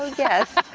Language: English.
yes,